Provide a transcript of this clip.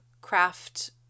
craft